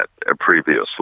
previously